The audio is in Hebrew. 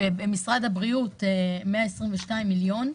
ולמשרד הבריאות 122 מיליון שקל,